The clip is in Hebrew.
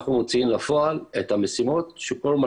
אנחנו מוציאים לפועל את המשימות בכל מה